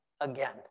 again